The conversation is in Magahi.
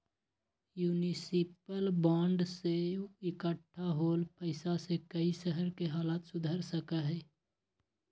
युनिसिपल बांड से इक्कठा होल पैसा से कई शहर के हालत सुधर सका हई